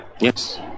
Yes